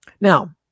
Now